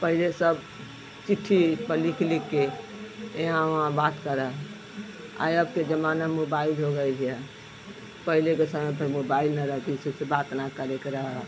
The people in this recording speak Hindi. पहले सब चिट्ठी पर लिख लिख कर यहाँ ओहा बात करा और अब के जमाना म मोबाइल भी होय गया पहले समय में मोबाइल न रहति त किसी से बात न करे क रहा